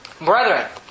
Brethren